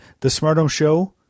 thesmarthomeshow